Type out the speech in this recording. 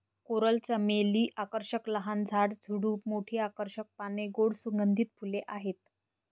coral चमेली आकर्षक लहान झाड, झुडूप, मोठी आकर्षक पाने, गोड सुगंधित फुले आहेत